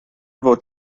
fod